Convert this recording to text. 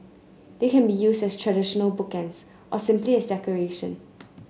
they can be used as traditional bookends or simply as decoration